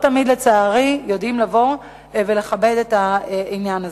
ולצערי לא תמיד יודעים לבוא ולכבד את העניין הזה.